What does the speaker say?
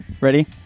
Ready